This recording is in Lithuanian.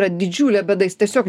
yra didžiulė bėda jis tiesiog